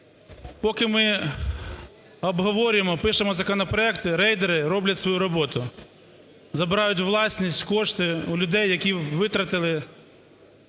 поки обговорюємо, пишемо законопроекти, рейдери роблять свою роботу, забирають у власність кошти у людей, які витратили,